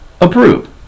approve